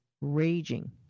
raging